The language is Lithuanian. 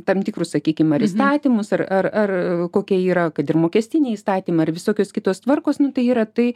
tam tikrus sakykim ar įstatymus ar ar ar kokie yra kad ir mokestiniai įstatymai ar visokios kitos tvarkos nu tai yra tai